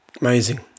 Amazing